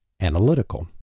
analytical